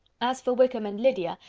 as for wickham and lydia,